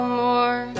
more